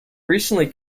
recently